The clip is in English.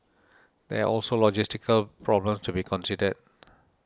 there are also logistical problems to be considered